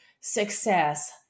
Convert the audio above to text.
success